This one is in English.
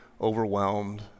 overwhelmed